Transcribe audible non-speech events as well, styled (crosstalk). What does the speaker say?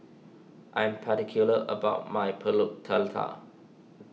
I am particular about my Pulut (unintelligible)